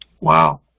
Wow